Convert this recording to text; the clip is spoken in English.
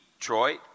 Detroit